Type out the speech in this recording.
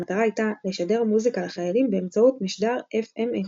המטרה הייתה לשדר מוזיקה לחיילים באמצעות משדר FM איכותי.